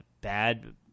bad